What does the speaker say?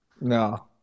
No